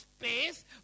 space